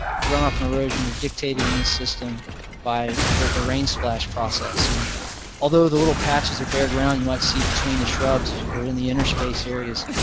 runoff and erosion are dictated in this system by the rain splash process. and although the little patches of bare ground you might see between shrubs or in the inner space areas,